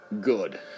good